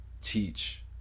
teach